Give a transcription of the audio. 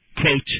Quote